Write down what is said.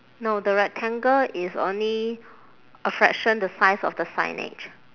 no the rectangle is only a fraction the size of the signage